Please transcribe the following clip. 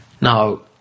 now